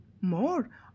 more